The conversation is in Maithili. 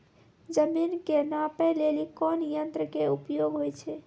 जमीन के नापै लेली कोन यंत्र के उपयोग होय छै?